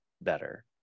better